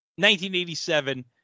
1987